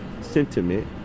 sentiment